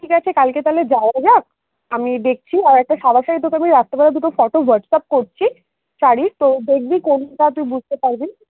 ঠিক আছে কালকে তাহলে যাওয়া যাক আমি দেখছি আর একটা সাদা শাড়ি তোকে আমি রাত্রেবেলা দুটো ফটো হোয়াটসঅ্যাপ করছি শাড়ি তো দেখবি কোনটা তুই বুঝতে পারবি